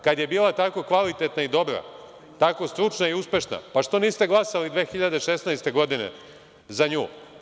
Kad je bila tako kvalitetna i dobra, tako stručna i uspešna, pa što niste glasali 2016. godine za nju.